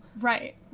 Right